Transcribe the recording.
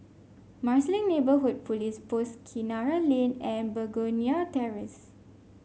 Marsiling Neighbourhood Police Post Kinara Lane and Begonia Terrace